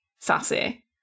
sassy